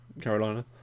Carolina